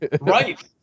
Right